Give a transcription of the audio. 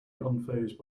unfazed